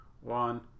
one